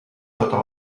totes